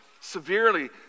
severely